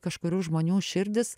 kažkurių žmonių širdis